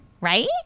Right